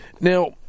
Now